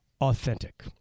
Authentic